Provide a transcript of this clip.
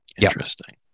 Interesting